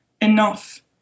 enough